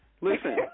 Listen